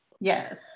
Yes